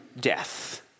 death